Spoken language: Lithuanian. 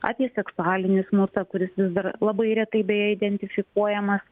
apie seksualinį smurtą kuris vis dar labai retai beje identifikuojamas